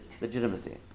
legitimacy